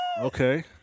Okay